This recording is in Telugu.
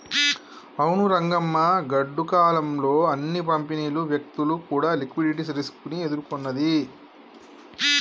అవును రంగమ్మ గాడ్డు కాలం లో అన్ని కంపెనీలు వ్యక్తులు కూడా లిక్విడిటీ రిస్క్ ని ఎదుర్కొన్నది